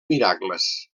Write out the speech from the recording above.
miracles